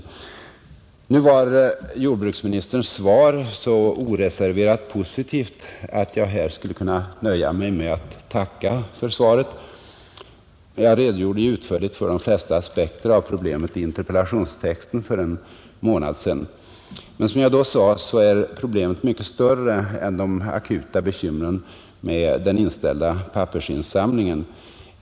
Nu var jordbruksministerns svar så oreserverat positivt att jag här skulle kunna nöja mig med att tacka för svaret. Jag redogjorde ju utförligt för de flesta aspekter av problemet i interpellationstexten för en månad sedan. Men som jag då sade är problemet mycket större än de akuta bekymren med den inställda pappersinsamlingen.